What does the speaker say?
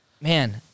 man